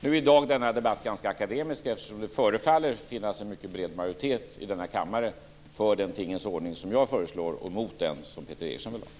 Men i dag är denna debatt ganska akademisk, eftersom det förefaller finnas en ganska bred majoritet i denna kammare för den tingens ordning som jag föreslår och mot den som Peter Eriksson vill ha.